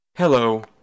Hello